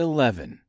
Eleven